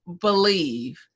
believe